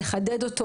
לחדד,